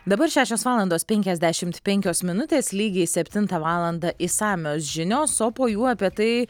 dabar šešios valandos penkiasdešimt penkios minutės lygiai septintą valandą išsamios žinios o po jų apie tai